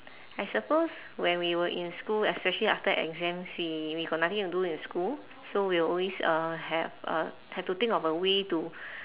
I suppose when we were in school especially after exams we we got nothing to do in school so we will always uh have uh have to think of a way to